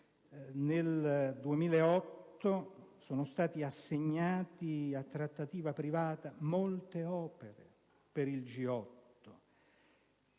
nel 2008 sono state assegnate a trattativa privata molte opere per il G8,